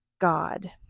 God